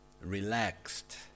relaxed